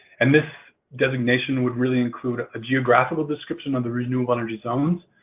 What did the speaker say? and this designation would really include a geographic description of the renewable energy zones.